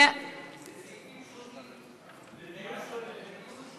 גברתי היושבת-ראש,